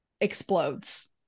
explodes